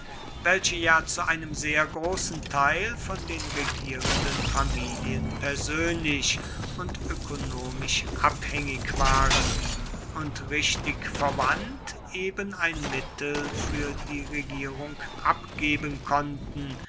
welche ja zu einem sehr großen teil von den regierenden familien persönlich und ökonomisch abhängig waren und richtig verwandt eben ein mittel für die regierung abgeben konnten